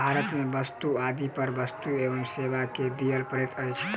भारत में वस्तु आदि पर वस्तु एवं सेवा कर दिअ पड़ैत अछि